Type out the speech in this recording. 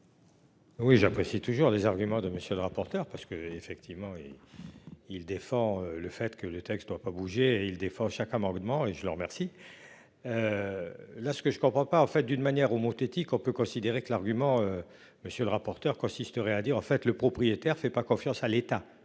Oui j'apprécie toujours des arguments de monsieur le rapporteur. Parce que effectivement. Il défend le fait que le texte ne va pas bouger, il défend chaque amendement et je l'remercie. Là ce que je ne comprends pas en fait d'une manière ou Montety qu'on peut considérer que l'argument. Monsieur le rapporteur, consisterait à dire en fait le propriétaire fait pas confiance à l'État.